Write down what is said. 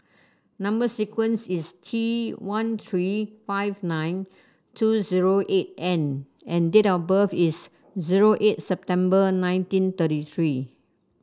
number sequence is T one three five nine two zero eight N and date of birth is zero eight September nineteen thirty three